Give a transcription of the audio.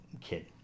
kid